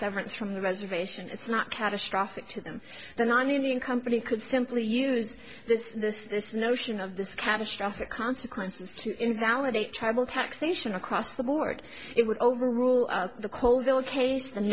severance from the reservation it's not catastrophic to them then i'm indian company could simply use this this this notion of this catastrophic consequences to invalidate tribal taxation across the board it would overrule the cole their case and